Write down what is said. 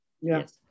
yes